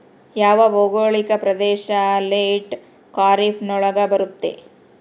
ಯಾವ ಭೌಗೋಳಿಕ ಪ್ರದೇಶ ಲೇಟ್ ಖಾರೇಫ್ ನೊಳಗ ಬರುತ್ತೆ?